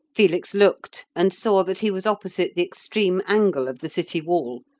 felix looked, and saw that he was opposite the extreme angle of the city wall,